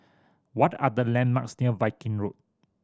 what are the landmarks near Viking Road